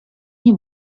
nie